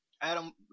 Adam